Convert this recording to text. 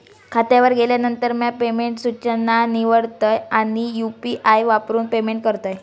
खात्यावर गेल्यानंतर, म्या पेमेंट सूचना निवडतय आणि यू.पी.आई वापरून पेमेंट करतय